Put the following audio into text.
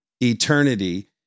eternity